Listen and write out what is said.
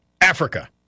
Africa